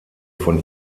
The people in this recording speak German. von